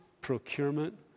procurement